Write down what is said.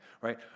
right